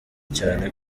cyane